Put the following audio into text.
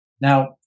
Now